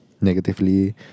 negatively